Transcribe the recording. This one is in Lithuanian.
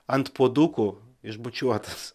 ant puoduko išbučiuotas